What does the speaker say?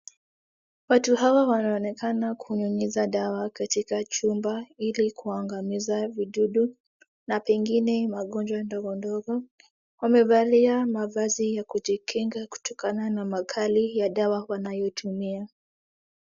Watu hawa wanaonekana kunyunyiza dawa katika chumba ili kuangamiza vidudu na pengine magonjwa ndogo ndogo. Wamevalia mavazi ya kujikinga kutukana na makali ya dawa wanayotumia.